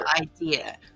idea